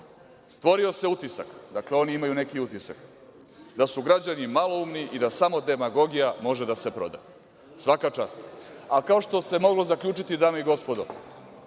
„Stvorio se utisak“, dakle, oni imaju neki utisak, „da su građani maloumni i da samo demagogija može da se proda“. Svaka čast. Kao što se i moglo zaključiti, dame i gospodo,